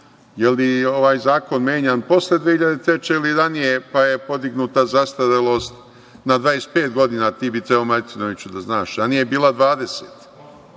Jel ovaj zakon menjan posle 2003. ili ranije, pa je podignuta zastarelost na 25 godina? Ti bi trebao, Martinoviću, da znaš, ranije je